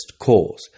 cause